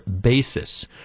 basis